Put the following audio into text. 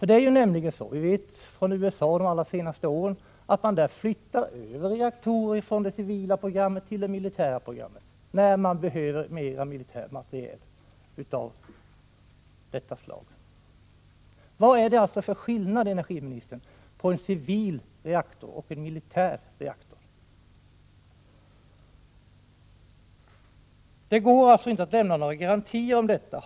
Vi vet av vad som har framkommit från USA de allra senaste åren att man där flyttar över reaktorer från det civila programmet till det militära när man behöver mera militär materiel av detta slag. Vad är det alltså för skillnad, energiministern, på en civil reaktor och en militär reaktor? Det går inte att lämna några garantier om detta.